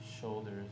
shoulders